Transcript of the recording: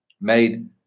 made